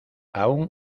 aún